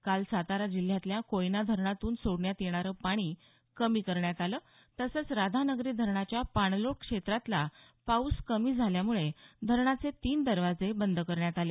काल सातारा जिल्ह्यातल्या कोयना धरणातून सोडण्यात येणार पाणी कमी करण्यात आलं तसंच राधानगरी धरणाच्या पाणलोट क्षेत्रातला पाऊस कमी झाल्यामुळे धरणाचे तीन दरवाजे बंद करण्यात आले